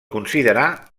considerar